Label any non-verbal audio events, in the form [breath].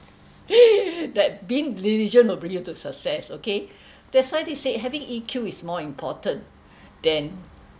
[laughs] that being diligent will bring you to success okay [breath] that's why they say having E_Q is more important than